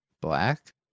black